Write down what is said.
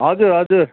हजुर हजुर